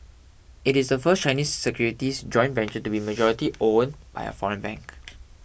it is the first Chinese securities joint venture to be majority owned by a foreign bank